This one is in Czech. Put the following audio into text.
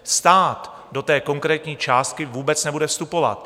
Stát do konkrétní částky vůbec nebude vstupovat.